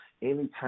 Anytime